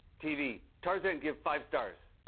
tv. tarzan give five stars.